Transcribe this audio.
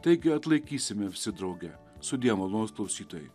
taigi atlaikysime visi drauge sudie malonūs klausytojai